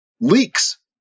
leaks